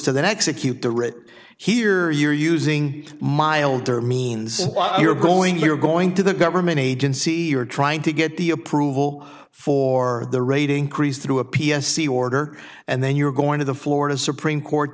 to the next acute the writ here you're using my older means you're going you're going to the government agency you're trying to get the approval for the rating crease through a p s c order and then you're going to the florida supreme court